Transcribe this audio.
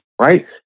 right